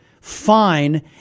fine